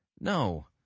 No